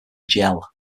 gel